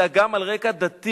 אלא גם על רקע דתי,